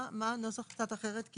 מה הנוסח קצת אחרת?